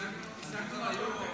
גם אלימות בספורט.